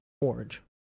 Orange